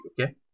okay